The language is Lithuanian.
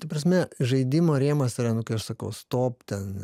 ta prasme žaidimo rėmas yra nu kai aš sakau stop ten